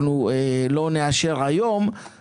צריך להוסיף שאנחנו עוזרים לאנשים שקשה להם,